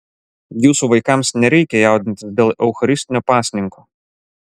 jūsų vaikams nereikia jaudintis dėl eucharistinio pasninko